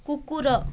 କୁକୁର